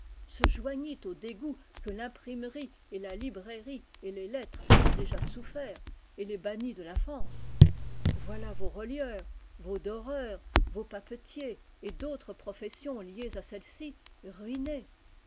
se joignît aux dégoûts que l'imprimerie et la librairie et les lettres ont déjà soufferts et les bannît de la france voilà vos relieurs vos doreurs vos papetiers et d'autres professions liées à celle-ci ruinées